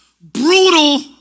brutal